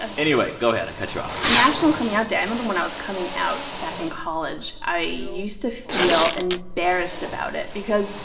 anyway, go ahead. i cut you off national coming out day i remember when i was coming out back in college. i used to feel embarrassed about it because,